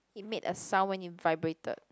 it made a sound when you vibrated